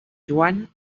joan